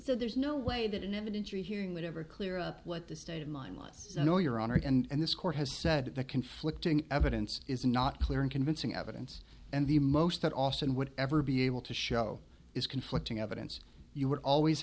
so there's no way that in evidence or hearing would ever clear up what the state of mind was no no your honor and this court has said that the conflicting evidence is not clear and convincing evidence and the most that austin would ever be able to show is conflicting evidence you would always